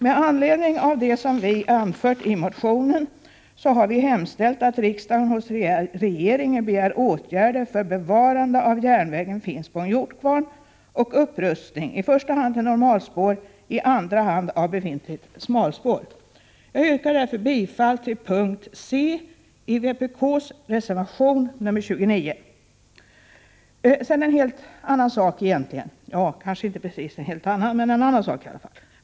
Med anledning av det som vi har anfört i motionen har vi yrkat att riksdagen hos regeringen begär åtgärder för bevarande av järnvägen Finspång-Hjortkvarn samt upprustning, i första hand till normalspår och i andra hand av befintligt smalspår. Jag hemställer om bifall till yrkande c i vpk:s reservation 29. Så till en annan sak.